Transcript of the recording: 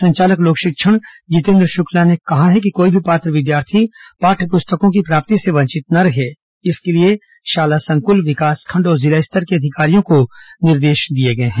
संचालक लोक शिक्षण जितेन्द्र शुक्ला ने कहा है कि कोई भी पात्र विद्यार्थी पाठ्य पुस्तकों की प्राप्ति से वंचित न रहे इसके लिए शाला संकुल विकासखंड और जिला स्तर के अधिकारियों को निर्देश दिए गए हैं